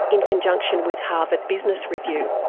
in conjunction with harvard business review.